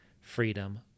Freedom